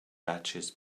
batches